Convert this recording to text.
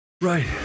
right